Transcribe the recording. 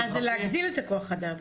מזרחי --- אז זה להגדיל את הכוח אדם.